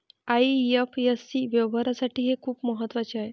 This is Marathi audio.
आई.एफ.एस.सी व्यवहारासाठी हे खूप महत्वाचे आहे